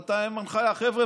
נתת להם הנחיה: חבר'ה,